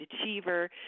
achiever